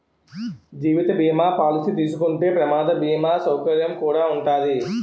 జీవిత బీమా పాలసీ తీసుకుంటే ప్రమాద బీమా సౌకర్యం కుడా ఉంటాది